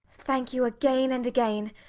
thank you again and again.